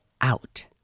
out